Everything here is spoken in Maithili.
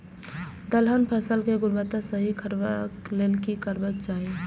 दलहन फसल केय गुणवत्ता सही रखवाक लेल की करबाक चाहि?